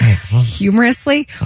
Humorously